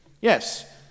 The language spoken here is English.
Yes